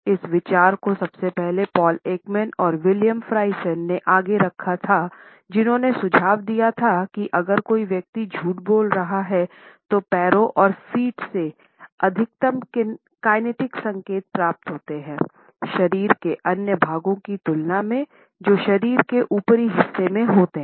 इस विचार को सबसे पहले पॉल एकमैन और विलियम्स फ्राइसन ने आगे रखा था जिन्होंने सुझाव दिया था कि अगर कोई व्यक्ति झूठ बोल रहा है तो पैरों और फ़ीट से अधिकतम काइनेटिक संकेत प्राप्त होते हैं शरीर के अन्य भागों की तुलना में जो शरीर के ऊपरी हिस्से में होते हैं